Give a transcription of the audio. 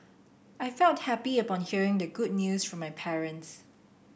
I felt happy upon hearing the good news from my parents